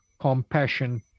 compassion